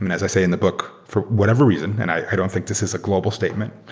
and as i say in the book, for whatever reason, and i don't think this is a global statement.